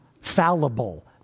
fallible